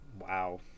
wow